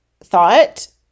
thought